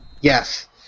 Yes